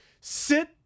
Sit